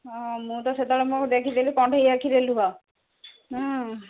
ହଁ ମୁଁ ତ ହଁ ସେତେବେଳେ ଦେଖିଥିଲି କଣ୍ଢେଇ ଆଖିରେ ଲୁହ ହୁଁ